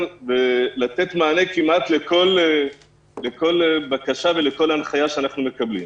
ולתת מענה כמעט לכל בקשה ולכל הנחיה שאנחנו מקבלים.